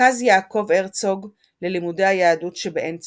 מרכז יעקב הרצוג ללימודי היהדות שבעין צורים,